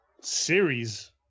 series